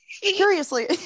Curiously